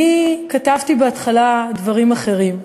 אני כתבתי בהתחלה דברים אחרים,